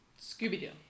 Scooby-Doo